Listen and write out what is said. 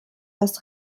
das